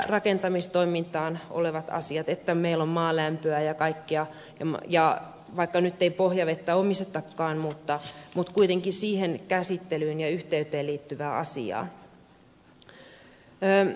rakentamistoimintaan liittyvät asiat että meillä on maalämpöä ja kaikkea ja vaikka nyt ei pohjavettä omistetakaan kuitenkin sen käsittelyyn ja yhteyteen liittyvää asiaa